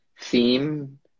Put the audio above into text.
theme